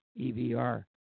EVR